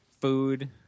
Food